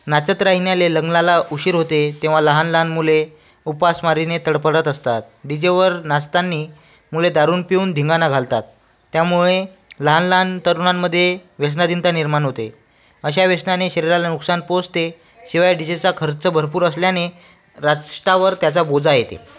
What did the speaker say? नाचत राहिल्याने लग्नाला उशीर होते तेव्हा लहान लहान मुले उपासमारीने तडफडत असतात डीजेवर नाचताना मुले दारू पिऊन धिंगाणा घालतात त्यामुळे लहानलहान तरुणांमध्ये व्यसनाधीनता निर्माण होते अशा व्यसनाने शरीराला नुकसान पोचते शिवाय डीजेचा खर्च भरपूर असल्याने राष्ट्रावर त्याचा बोजा येते